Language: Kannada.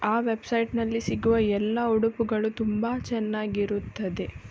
ಆ ವೆಬ್ಸೈಟ್ನಲ್ಲಿ ಸಿಗುವ ಎಲ್ಲ ಉಡುಪುಗಳು ತುಂಬ ಚೆನ್ನಾಗಿರುತ್ತದೆ